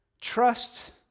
Trust